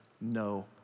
no